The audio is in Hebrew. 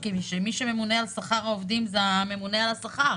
מי שמטפל בזה במשרד האוצר זה אגף הממונה על השכר